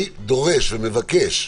אני דורש ומבקש,